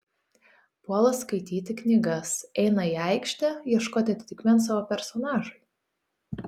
puola skaityti knygas eina į aikštę ieškot atitikmens savo personažui